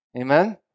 Amen